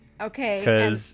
Okay